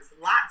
lots